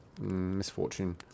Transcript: misfortune